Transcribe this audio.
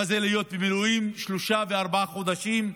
מה זה להיות במילואים שלושה וארבעה חודשים,